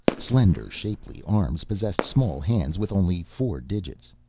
slender, shapely arms possessed small hands with only four digits.